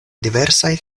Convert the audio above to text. diversaj